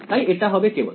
তাই এটা হবে কেবল